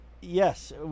Yes